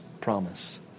promise